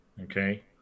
Okay